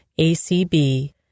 ACB